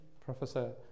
Professor